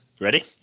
Ready